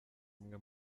umwe